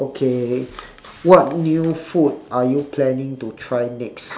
okay what new food are you planning to try next